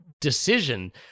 decision